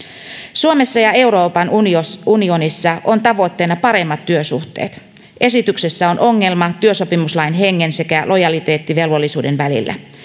suomessa ja euroopan unionissa unionissa on tavoitteena paremmat työsuhteet esityksessä on ongelma työsopimuslain hengen sekä lojaliteettivelvollisuuden välillä